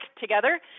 together